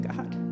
God